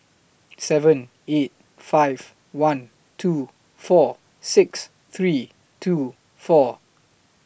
seven eight five one two four six three two four